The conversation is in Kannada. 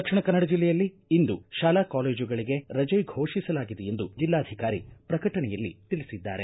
ದಕ್ಷಿಣ ಕನ್ನಡ ಜಿಲ್ಲೆಯಲ್ಲಿ ಇಂದು ಶಾಲಾ ಕಾಲೇಜುಗಳಿಗೆ ರಜೆ ಫೋಷಿಸಲಾಗಿದೆ ಎಂದು ಜಿಲ್ಲಾಧಿಕಾರಿ ಪ್ರಕಟಣೆಯಲ್ಲಿ ತಿಳಿಸಿದ್ದಾರೆ